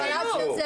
בדיוק.